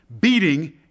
beating